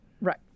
Right